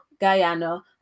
Guyana